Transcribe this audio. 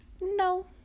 No